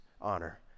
honor